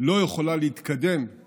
לא יכולה להתקדם אם